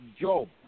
job